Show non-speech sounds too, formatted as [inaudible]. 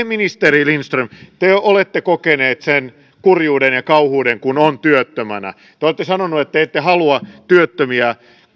[unintelligible] ministeri lindström te olette kokeneet sen kurjuuden ja kauheuden kun on työttömänä te te olette sanonut että te ette halua työttömiä